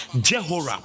Jehoram